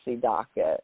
docket